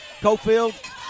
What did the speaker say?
Cofield